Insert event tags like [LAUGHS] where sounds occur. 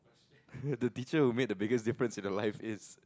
[LAUGHS] the teacher who made the biggest difference in your life is